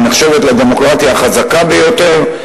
הנחשבת לדמוקרטיה החזקה ביותר,